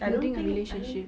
I don't think I don't